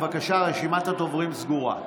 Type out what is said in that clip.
רשימת הדוברים סגורה.